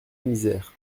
misère